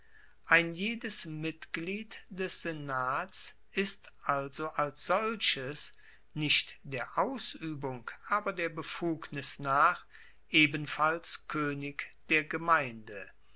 ein jedes mitglied des senats ist also als solches nicht der ausuebung aber der befugnis nach ebenfalls koenig der gemeinde